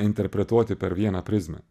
interpretuoti per vieną prizmę